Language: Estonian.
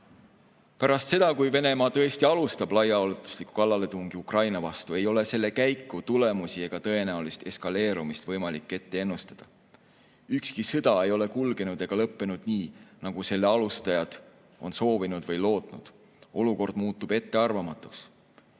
Pärast seda, kui Venemaa tõesti alustab laiaulatuslikku kallaletungi Ukraina vastu, ei ole selle käiku, tulemusi ega tõenäolist eskaleerumist võimalik ette ennustada. Ükski sõda ei ole kulgenud ega lõppenud nii, nagu selle alustajad on soovinud või lootnud. Olukord muutub ettearvamatuks.